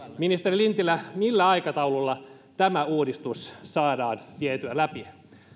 ministeri lintilä millä aikataululla tämä uudistus saadaan vietyä läpi